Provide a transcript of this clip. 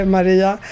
Maria